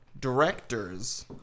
directors